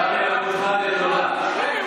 סמי אבו שחאדה, תודה.